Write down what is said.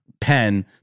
pen